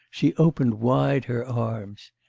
she opened wide her arms.